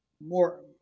more